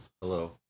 Hello